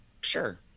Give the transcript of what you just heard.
sure